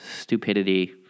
stupidity